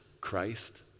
Christ